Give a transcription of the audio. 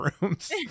rooms